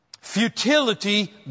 Futility